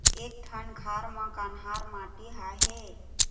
एक ठन खार म कन्हार माटी आहे?